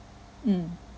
mm